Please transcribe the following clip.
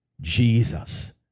Jesus